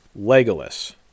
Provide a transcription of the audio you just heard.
Legolas